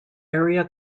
area